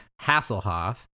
Hasselhoff